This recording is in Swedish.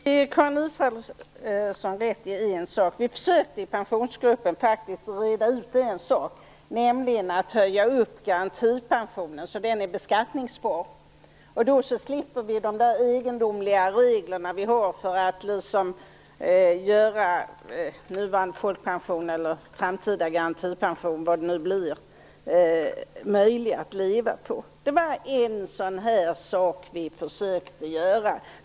Fru talman! Jag vill ge Karin Israelsson rätt i en sak. Vi försökte i pensionsgruppen faktiskt reda ut en sak. Vi försökte att höja garantipensionen så att den är beskattningsbar. Då slipper vi de egendomliga regler vi har för att göra nuvarande folkpension eller framtida garantipension, vad det nu blir, möjlig att leva på. Det var en sådan sak som vi försökte göra.